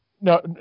No